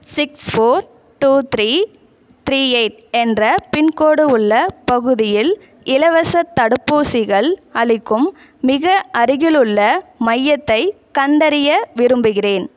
six four two three three eight என்ற pincode உள்ள பகுதியில் இலவசத் தடுப்பூசிகள் அளிக்கும் மிக அருகிலுள்ள மையத்தைக் கண்டறிய விரும்புகிறேன்